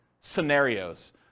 scenarios